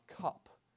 cup